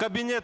Кабінет…